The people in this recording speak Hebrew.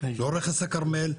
לא רכס הכרמל,